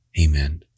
Amen